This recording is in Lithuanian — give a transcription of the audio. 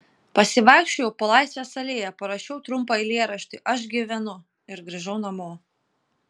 pasivaikščiojau po laisvės alėją parašiau trumpą eilėraštį aš gyvenu ir grįžau namo